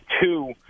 two